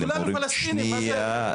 אבל כולנו פלסטינים, מה זה --- שלך.